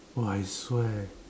!wah! I swear